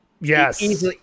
Yes